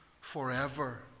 forever